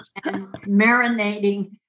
Marinating